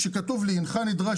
כשכתוב לי "הנך נדרש",